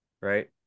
right